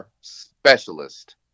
specialist